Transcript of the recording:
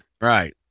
right